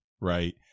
right